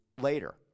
later